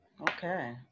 Okay